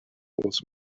was